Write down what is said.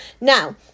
Now